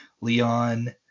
Leon